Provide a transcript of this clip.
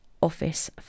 Office